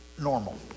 normal